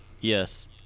Yes